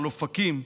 על אופקים,